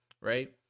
right